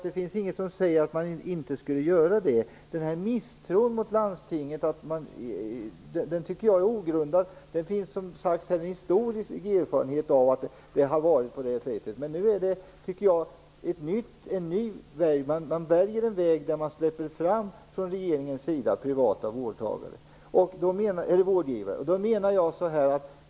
Det finns inget som säger att inte landstingen kommer att följa det riksdagen säger. Misstron mot landstingen tycker jag är ogrundad. Det finns, som sagt, en viss historisk erfarenhet av att det har varit på det sättet, men nu väljer man en ny väg där regeringen släpper fram privata vårdgivare.